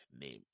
name